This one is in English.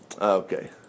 Okay